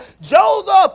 Joseph